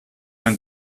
man